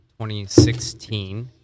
2016